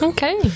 Okay